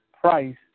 price